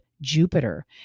Jupiter